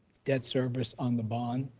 debt service on the bond?